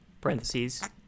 parentheses